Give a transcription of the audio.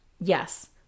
Yes